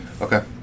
Okay